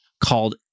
called